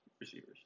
receivers